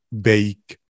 bake